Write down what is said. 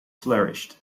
flourished